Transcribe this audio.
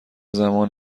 زمان